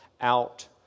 out